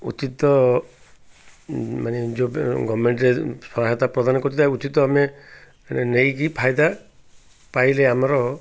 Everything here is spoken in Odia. ଉଚିତ ମାନେ ଯେଉଁ ଗଭର୍ନମେଣ୍ଟରେ ସହାୟତା ପ୍ରଦାନ କରିଥାଏ ଉଚିତ ଆମେ ନେଇକି ଫାଇଦା ପାଇଲେ ଆମର